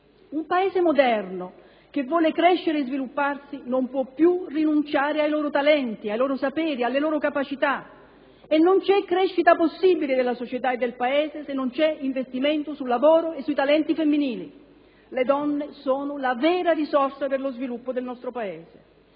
Un Paese moderno, che vuole crescere e svilupparsi, non può più rinunciare ai loro talenti, ai loro saperi, alle loro capacità e non c'è crescita possibile della società e del Paese se non c'è investimento sul lavoro e sui talenti femminili: le donne sono la vera risorsa dello sviluppo del nostro Paese.